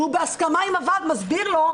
והוא בהסכמה עם הוועד מסביר לו,